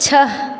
छ